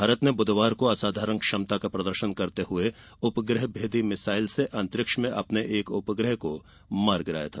भारत ने बुधवार को असाधारण क्षमता का प्रदर्शन करते हुए उपग्रहभेदी मिसाइल से अंतरिक्ष में अपने एक उपग्रह को मार गिराया था